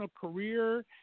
career